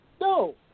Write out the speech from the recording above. No